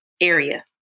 area